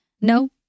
No